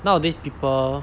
nowadays people